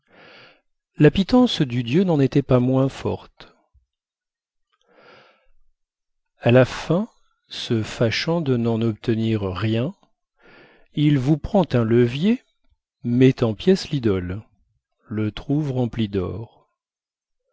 la pitance du dieu n'en était pas moins forte à la fin se fâchant de n'en obtenir rien il vous prend un levier met en pièces l'idole le trouve rempli d'or